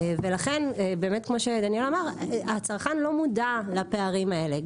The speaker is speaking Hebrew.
ולכן כמו שדניאל אמר, הצרכן לא מודע לפערים האלה.